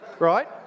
right